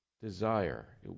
desire